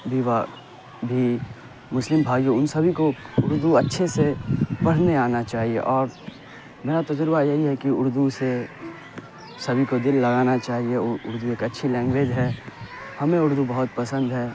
ویوا بھی مسلم بھائیوں ان سبھی کو اردو اچھے سے پڑھنے آنا چاہیے اور تجربہ یہی ہے کہ اردو سے سبھی کو دل لگانا چاہیے اردو ایک اچھی لینگویج ہے ہمیں اردو بہت پسند ہے